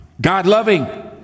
God-loving